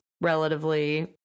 relatively